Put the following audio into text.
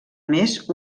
més